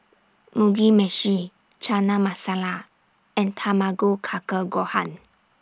Mugi Meshi Chana Masala and Tamago Kake Gohan